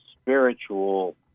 spiritual